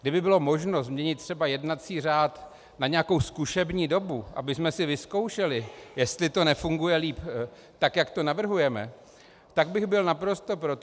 Kdyby bylo možno změnit třeba jednací řád na nějakou zkušební dobu, abychom si vyzkoušeli, jestli to nefunguje líp tak, jak to navrhujeme, tak bych byl naprosto pro to.